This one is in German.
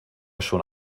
schon